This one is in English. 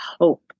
hope